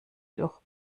durch